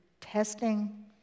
testing